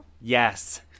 Yes